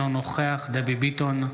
אינו נוכח דבי ביטון,